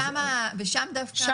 ושם דווקא המקום משמעותי.